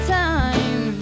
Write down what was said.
time